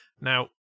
Now